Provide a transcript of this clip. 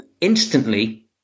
instantly